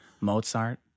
Mozart